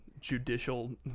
judicial